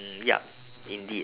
mm yup indeed